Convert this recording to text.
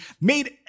made